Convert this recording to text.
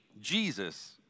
Jesus